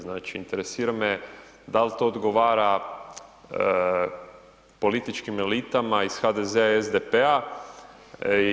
Znači interesira me dal to odgovara političkim elitama iz HDZ-a i SDP-a?